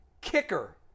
Kicker